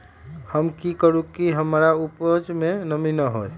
हम की करू की हमर उपज में नमी न होए?